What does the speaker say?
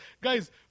Guys